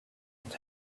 and